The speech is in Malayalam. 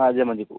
ആ ജമന്തിപ്പൂ